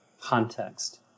context